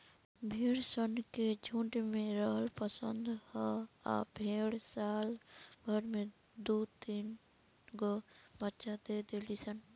भेड़ सन के झुण्ड में रहल पसंद ह आ भेड़ साल भर में दु तीनगो बच्चा दे देली सन